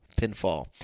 pinfall